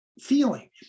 feeling